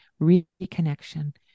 Reconnection